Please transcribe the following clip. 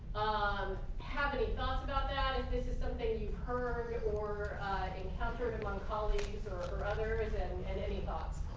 um have any thoughts about that? if this is something you've heard or encountered among colleagues or or others, and and any thoughts